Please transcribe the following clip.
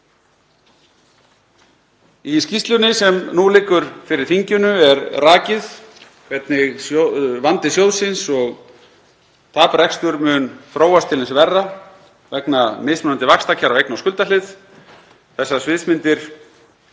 Í skýrslunni sem nú liggur fyrir þinginu er rakið hvernig vandi sjóðsins og taprekstur mun þróast til hins verra vegna mismunandi vaxtakjara á eigna og skuldahlið. Þessar sviðsmyndir